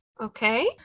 Okay